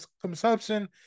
consumption